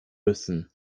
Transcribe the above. müssen